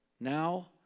now